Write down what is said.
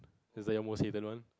is like your most hated one